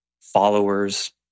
followers